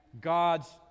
God's